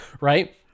right